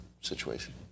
situation